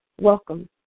Welcome